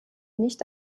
nicht